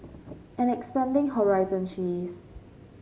and expanding horizon she is